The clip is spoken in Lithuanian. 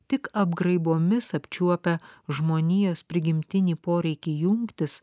tik apgraibomis apčiuopia žmonijos prigimtinį poreikį jungtis